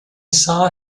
saw